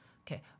Okay